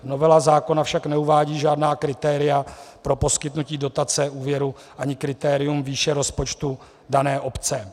Novela zákona však neuvádí žádná kritéria pro poskytnutí dotace, úvěru a ani kritérium výše rozpočtu dané obce.